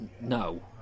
No